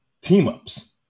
team-ups